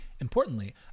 Importantly